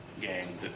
game